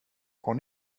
har